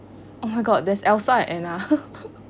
oh my god there is elsa and anna